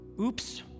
oops